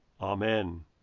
Amen